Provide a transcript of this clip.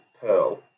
Pearl